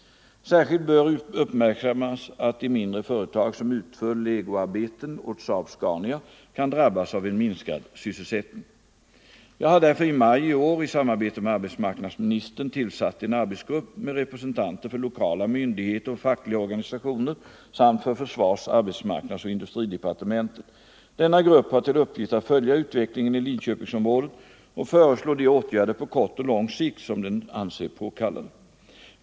Särskilt bör uppmärksammas att de mindre företag som utför legoarbeten åt SAAB-Scania kan drabbas av en minskad sysselsättning. Jag har därför i maj i år, i samarbete med arbetsmarknadsministern, tillsatt en arbetsgrupp med representanter för lokala myndigheter och fackliga organisationer samt för försvars-, arbetsmarknadsoch industridepartementen. Denna grupp har till uppgift att följa utvecklingen i Linköpingsområdet och föreslå de åtgärder på kort och lång sikt som den anser påkallade.